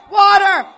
water